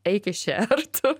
eik iš čia ar tu